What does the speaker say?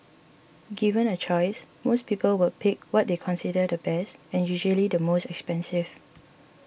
given a choice most people would pick what they consider the best and usually the most expensive